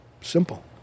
Simple